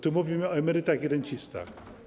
Tu mówimy o emerytach i rencistach.